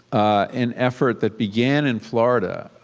an effort that began in florida,